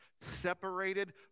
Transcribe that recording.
separated